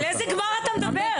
על איזה גמר אתה מדבר?